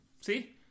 See